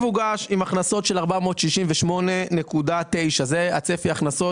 הוגש עם הכנסות של 468.9 - זה צפי ההכנסות.